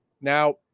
Now